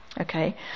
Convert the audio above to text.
Okay